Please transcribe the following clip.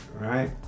right